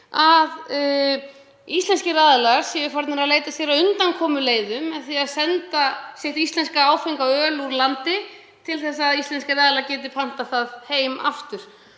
að íslenskir aðilar séu farnir að leita sér að undankomuleiðum í því að senda sitt íslenska áfenga öl úr landi til að íslenskir aðilar geti pantað það heim aftur.